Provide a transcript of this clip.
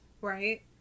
Right